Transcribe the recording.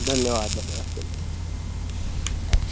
धन्यवादः धन्यवादः खलु आम्